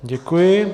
Děkuji.